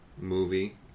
movie